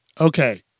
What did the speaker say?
Okay